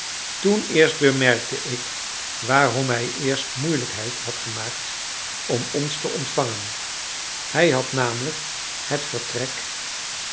toen eerst bemerkte ik waarom hij eerst moeilijkheid had gemaakt om ons te ontvangen hij had namelijk het vertrek